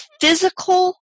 physical